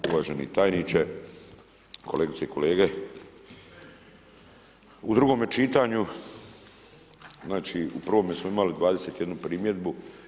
Uvaženi tajniče, kolegice i kolege u drugome čitanju znači u prvome smo imali 21 primjedbu.